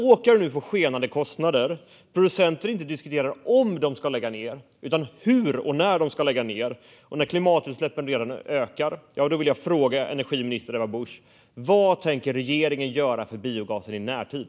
Åkare får nu skenande kostnader, producenter diskuterar inte om de ska lägga ned utan hur och när de ska lägga ned och klimatutsläppen ökar. Därför vill jag fråga energiminister Ebba Busch: Vad tänker regeringen göra för biogasen i närtid?